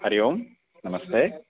हरिः ओम् नमस्ते